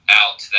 out